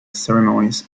ceremonies